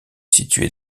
située